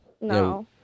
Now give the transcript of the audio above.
No